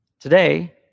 Today